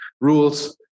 rules